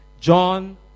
John